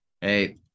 hey